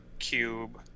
Cube